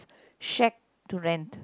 shared to rent